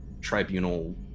Tribunal